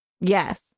Yes